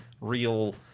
real